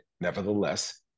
nevertheless